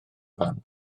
fan